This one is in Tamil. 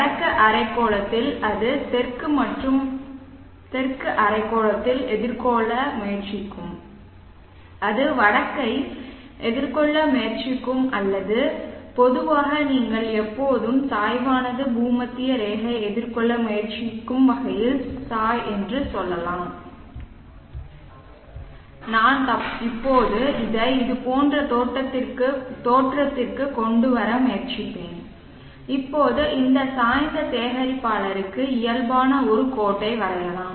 வடக்கு அரைக்கோளத்தில் அது தெற்கு மற்றும் தெற்கு அரைக்கோளத்தை எதிர்கொள்ள முயற்சிக்கும் அது வடக்கை எதிர்கொள்ள முயற்சிக்கும் அல்லது பொதுவாக நீங்கள் எப்போதும் சாய்வானது பூமத்திய ரேகை எதிர்கொள்ள முயற்சிக்கும் வகையில் சாய் என்று சொல்லலாம் நான் இப்போது தள்ளி இதை இதுபோன்ற தோற்றத்திற்கு கொண்டு வர முயற்சிப்பேன் இப்போது இந்த சாய்ந்த சேகரிப்பாளருக்கு இயல்பான ஒரு கோட்டை வரையலாம்